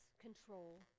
control